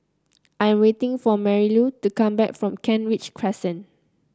I am waiting for Marilou to come back from Kent Ridge Crescent